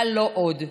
אבל לא עוד.